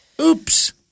oops